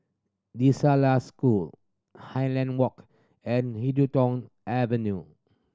La School Highland Walk and Huddington Avenue